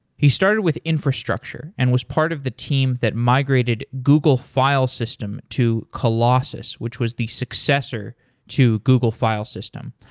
he started with infrastructure and was part of the team that migrated google file system to colossus, which was the successor to google file system.